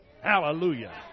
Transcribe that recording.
Hallelujah